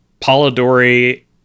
Polidori